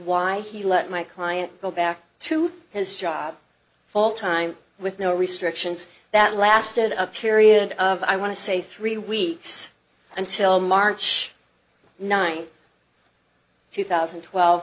why he let my client go back to his job fall time with no restrictions that lasted a period of i want to say three weeks until march ninth two thousand and twelve